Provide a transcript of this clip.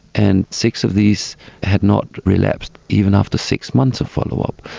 and six of these had not relapsed, even after six months of follow-up.